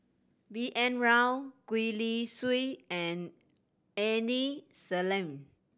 B N Rao Gwee Li Sui and Aini Salim